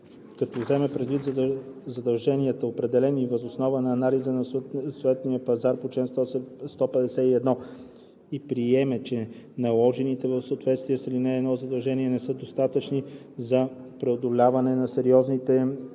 като вземе предвид задълженията, определени въз основа на анализ на съответния пазар по чл. 151, и приеме, че наложените в съответствие с ал. 1 задължения не са достатъчни за преодоляване на сериозните и постоянни